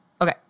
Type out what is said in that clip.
Okay